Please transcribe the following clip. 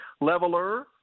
Leveler